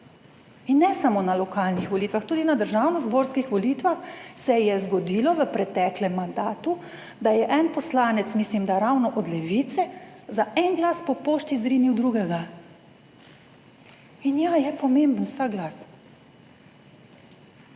In ne samo na lokalnih volitvah tudi na državnozborskih volitvah se je zgodilo v preteklem mandatu, da je en poslanec, mislim, da ravno od Levice za en glas po pošti izrinil drugega in ja, je pomemben vsak glas.